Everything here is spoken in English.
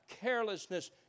carelessness